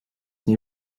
nie